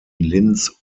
linz